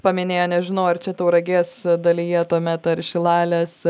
paminėjo nežinau ar čia tauragės dalyje tuomet ar šilalės